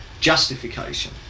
justification